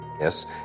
Yes